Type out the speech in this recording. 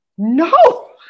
No